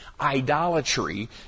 idolatry